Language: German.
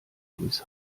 durchs